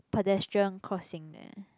pedestrian crossing there